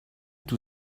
توی